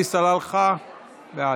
עלי סלאלחה, בעד.